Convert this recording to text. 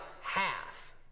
half